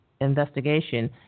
investigation